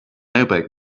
opaque